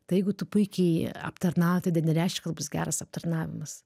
tai jeigu tu puikiai aptarnauji tai dar nereiškia kad bus geras aptarnavimas